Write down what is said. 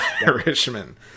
Irishman